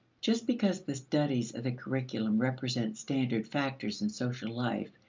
just because the studies of the curriculum represent standard factors in social life,